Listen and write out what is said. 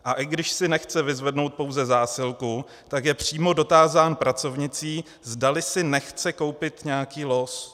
A i když si nechce vyzvednout pouze zásilku, tak je přímo dotázán pracovnicí, zdali si nechce koupit nějaký los.